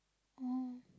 oh